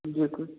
जे किछु